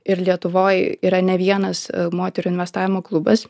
ir lietuvoj yra ne vienas moterų investavimo klubas